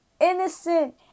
innocent